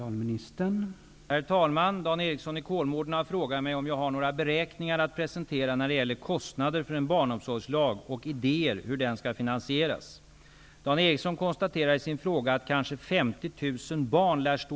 Har socialministern några beräkningar att presentera när det gäller kostnader för en barnomsorgslag och idéer hur den skall finansieras?